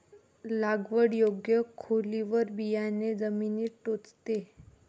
लागवड योग्य खोलीवर बियाणे जमिनीत टोचते